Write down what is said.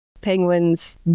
penguins